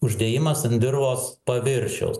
uždėjimas ant dirvos paviršiaus